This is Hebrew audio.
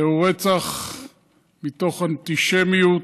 זהו רצח מתוך אנטישמיות,